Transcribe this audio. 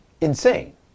insane